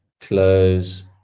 Close